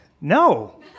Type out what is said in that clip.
No